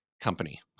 company